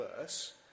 verse